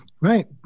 Right